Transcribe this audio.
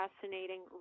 fascinating